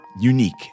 unique